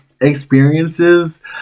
experiences